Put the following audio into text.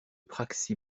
praxi